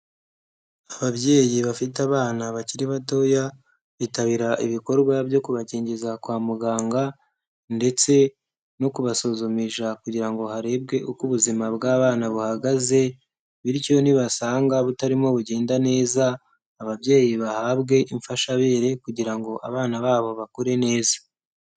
Ababyeyi bafite abana bakiri batoya, bitabira ibikorwa byo kubakingiza kwa muganga, ndetse no kubasuzumisha kugira ngo harebwe uko ubuzima bw'abana buhagaze, bityo nibasanga butarimo bugenda neza, ababyeyi bahabwe imfashabere kugira ngo abana babo bakure neza.